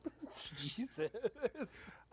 Jesus